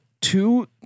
two